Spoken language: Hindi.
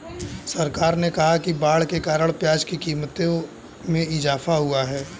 सरकार ने कहा कि बाढ़ के कारण प्याज़ की क़ीमत में इजाफ़ा हुआ है